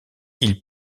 ils